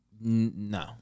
no